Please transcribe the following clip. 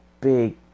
big